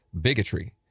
bigotry